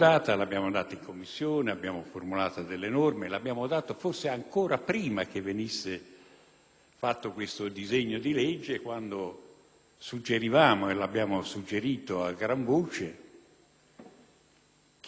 elaborato questo disegno di legge, quando suggerivamo - e lo abbiamo fatto a gran voce - che il modo migliore per combattere la criminalità organizzata, secondo un'opinione che si sta